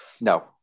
no